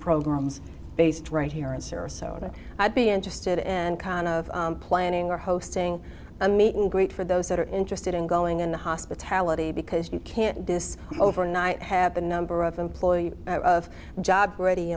programs based right here in sarasota i'd be interested and kind of planning our hosting a meet and greet for those that are interested in going in the hospitality because you can't this overnight have a number of employees of jobs already